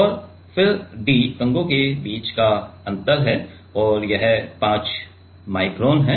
और फिर d कंघी के बीच का अंतर है और वह भी है 5 माइक्रोन है